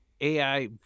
AI